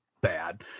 bad